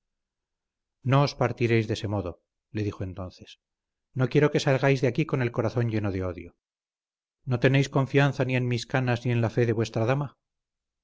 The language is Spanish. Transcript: os partiréis de ese modo le dijo entonces no quiero que salgáis de aquí con el corazón lleno de odio no tenéis confianza ni en mis canas ni en la fe de vuestra dama